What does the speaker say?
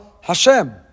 Hashem